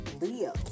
Leo